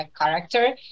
character